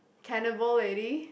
cannibal lady